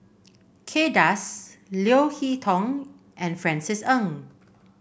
Kay Das Leo Hee Tong and Francis Ng